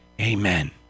Amen